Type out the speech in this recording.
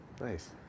Nice